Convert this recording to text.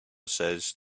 says